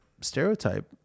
stereotype